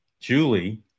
Julie